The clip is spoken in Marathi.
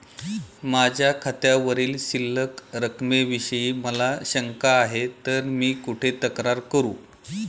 माझ्या खात्यावरील शिल्लक रकमेविषयी मला शंका आहे तर मी कुठे तक्रार करू?